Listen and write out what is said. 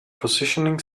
positioning